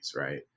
right